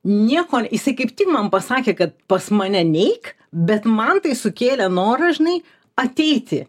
nieko jisai kaip tik man pasakė kad pas mane neik bet man tai sukėlė norą žinai ateiti